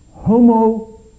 Homo